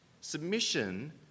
Submission